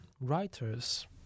writers